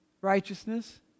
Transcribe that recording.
Righteousness